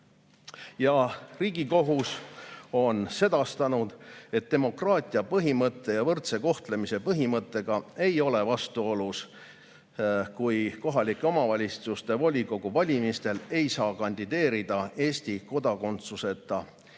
Riigikohus on sedastanud, et demokraatia põhimõtte ja võrdse kohtlemise põhimõttega ei ole vastuolus see, kui kohaliku omavalitsuse volikogu valimistel ei saa kandideerida Eesti kodakondsuseta